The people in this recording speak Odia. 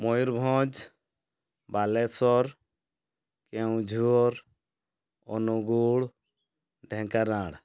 ମୟୂରଭଞ୍ଜ ବାଲେଶ୍ୱର କେଉଁଝର ଅନୁଗୁଳ ଢେଙ୍କାନାଳ